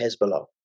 Hezbollah